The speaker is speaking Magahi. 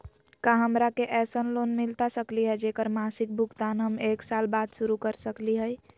का हमरा के ऐसन लोन मिलता सकली है, जेकर मासिक भुगतान हम एक साल बाद शुरू कर सकली हई?